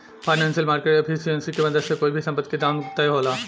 financial market efficiency के मदद से कोई भी संपत्ति के दाम तय होला